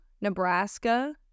Nebraska